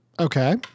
Okay